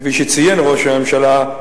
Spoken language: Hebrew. כפי שציין ראש הממשלה,